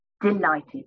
delighted